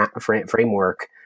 framework